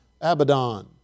Abaddon